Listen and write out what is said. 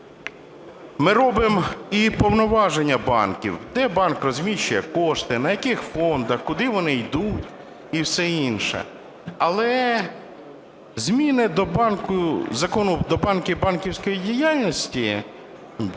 ми робимо і повноваження банків: де банк розміщує кошти, на яких фондах, куди вони ідуть і все інше. Але зміни до Закону "Про банки і банківську діяльність",